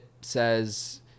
says